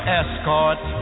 escort